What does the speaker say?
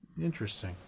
Interesting